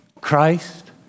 Christ